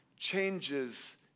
changes